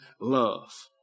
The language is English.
love